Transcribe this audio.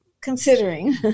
considering